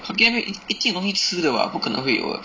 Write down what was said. clarke quay 那边一定一定很容易吃的 [what] 不可能会有